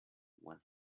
when